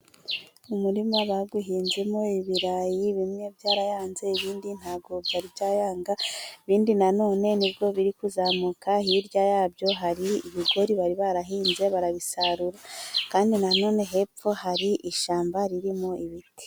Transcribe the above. Umurima bawuhinzemo ibirayi, bimwe byarayanze ibindi ntibirayanga. Ibindi na none nibwo biri kuzamuka, hirya yabyo hari ibigori bari barahinze barabisarura, kandi na none hepfo hari ishyamba ririmo ibiti.